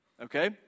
okay